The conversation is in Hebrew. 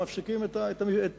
ומפסיקים את הקמת